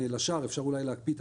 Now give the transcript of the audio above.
השער הוא המבנים שרואים בהמשך.